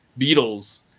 Beatles